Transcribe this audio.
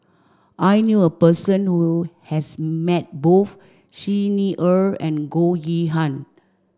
I knew a person who has met both Xi Ni Er and Goh Yihan